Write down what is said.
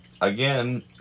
again